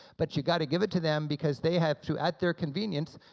but you got to give it to them because they have to, at their convenience,